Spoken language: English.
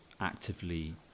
actively